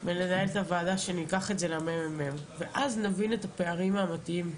למנהלת הוועדה שניקח את זה לממ"מ ונבין את הפערים האמיתיים.